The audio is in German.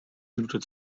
minute